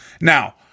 Now